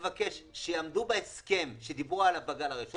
מבקש שיעמדו בהסכם שדיברו עליו בגל הראשון,